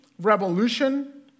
revolution